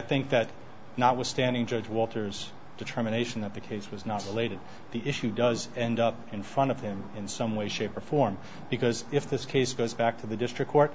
think that notwithstanding judge walters determination that the case was not related to the issue does end up in front of them in some way shape or form because if this case goes back to the district court